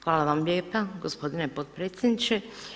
Hvala vam lijepa gospodine potpredsjedniče.